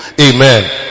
Amen